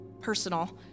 personal